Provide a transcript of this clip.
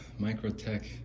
Microtech